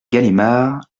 galimard